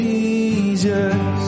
Jesus